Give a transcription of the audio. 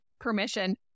permission